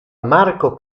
marco